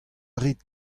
rit